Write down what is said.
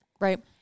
Right